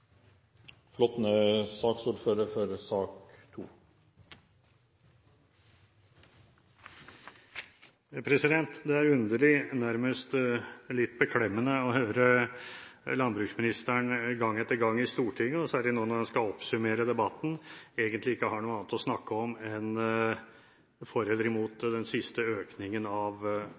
underlig, nærmest litt beklemmende, å høre at landbruks- og matministeren gang etter gang i Stortinget, og særlig nå når han skal oppsummere debatten, egentlig ikke har noe annet å snakke om enn for eller imot den siste økningen av